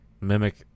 Mimic